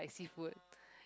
seafood